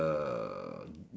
uh